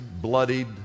bloodied